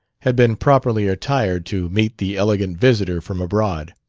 had been properly attired to meet the elegant visitor from abroad.